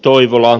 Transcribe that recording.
toivola